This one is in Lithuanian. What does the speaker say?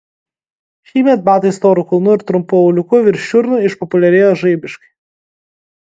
šįmet batai storu kulnu ir trumpu auliuku virš čiurnų išpopuliarėjo žaibiškai